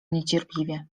niecierpliwie